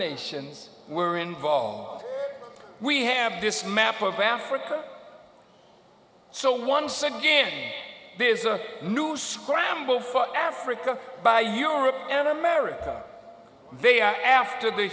nations were involved we have this map of africa so once again there's a new scramble for africa by europe and america they are after the